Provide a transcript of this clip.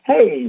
Hey